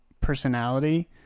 personality